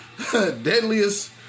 deadliest